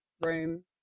room